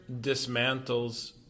dismantles